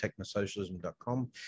technosocialism.com